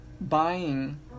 buying